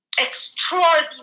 extraordinary